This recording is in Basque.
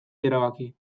erabaki